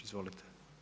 Izvolite.